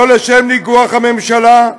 לא לשם ניגוח הממשלה,